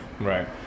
Right